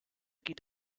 geht